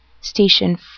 station